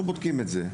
אנחנו בודקים את זה.